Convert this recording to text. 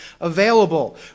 available